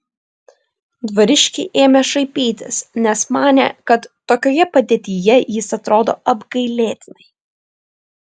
dvariškiai ėmė šaipytis nes manė kad tokioje padėtyje jis atrodo apgailėtinai